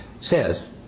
says